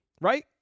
right